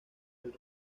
del